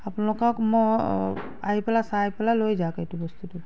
আপোনালোকক মই আহি পেলাই চাই পেলাই লৈ যাওক এইটো বস্তুটো